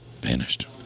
vanished